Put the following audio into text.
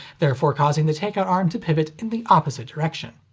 therefore causing the take-out arm to pivot in the opposite direction.